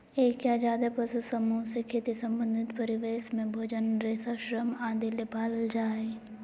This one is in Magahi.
एक या ज्यादे पशु समूह से खेती संबंधित परिवेश में भोजन, रेशा, श्रम आदि ले पालल जा हई